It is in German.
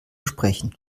sprechen